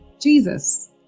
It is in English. Jesus